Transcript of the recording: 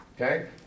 Okay